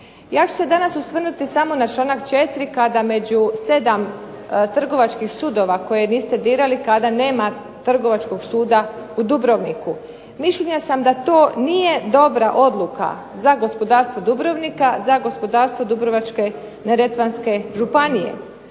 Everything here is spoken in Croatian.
Ja ću se danas osvrnuti samo na članak 4. kada među 7 trgovačkih sudova koje niste dirali, kada nema trgovačkog suda u Dubrovniku. Mišljenja sam da to nije dobra odluka za gospodarstvo Dubrovnika, za gospodarstvo Dubrovačko-neretvanske županije,